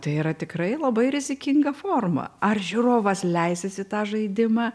tai yra tikrai labai rizikinga forma ar žiūrovas leisis į tą žaidimą